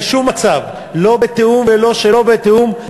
בשום מצב, לא בתיאום ולא שלא בתיאום,